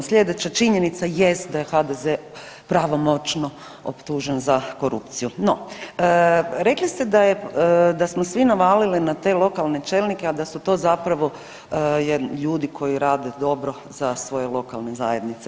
Sljedeće, činjenica jest da je HDZ pravomoćno optužen za korupciju, no, rekli ste da smo svi navalili na te lokalne čelnike, a da su to zapravo ljudi koji rade dobro za svoje lokalne zajednice.